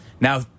Now